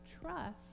trust